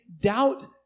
doubt